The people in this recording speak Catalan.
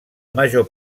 major